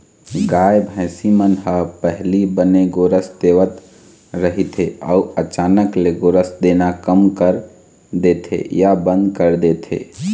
गाय, भइसी मन ह पहिली बने गोरस देवत रहिथे अउ अचानक ले गोरस देना कम कर देथे या बंद कर देथे